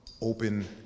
open